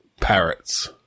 parrots